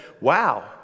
Wow